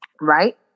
right